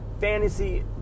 fantasy